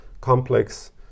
complex